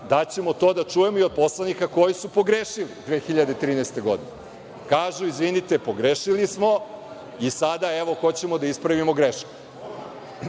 da ćemo to da čujemo i od poslanika koji su pogrešili 2103. godine. kažu – pogrešili smo i sada hoćemo da ispravimo grešku.